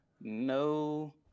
no